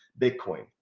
bitcoin